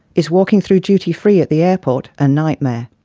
is walking through duty-free at the airport a nightmare?